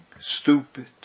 stupid